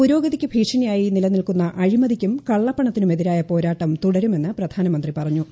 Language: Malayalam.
പുരോഗതിക്ക് ഭീഷണിയായി നിലനിൽക്കുന്ന അഴിമതിക്കും കുള്ളപ്പണത്തിനുമെതിരായ പോരാട്ടം തുടരുമെന്ന് പ്രധാനമന്ത്രി പറഞ്ഞു